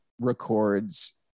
records